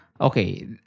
okay